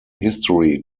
history